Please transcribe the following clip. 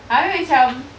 abeh macam